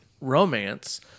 romance